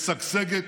משגשגת,